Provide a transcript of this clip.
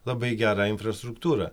labai gerą infrastruktūrą